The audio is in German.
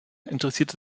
interessierte